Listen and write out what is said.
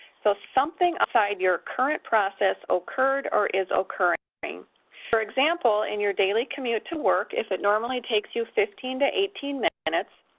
so something outside your current process occurred or is ah occurring. for example, in your daily commute to work, if it normally takes you fifteen to eighteen minutes,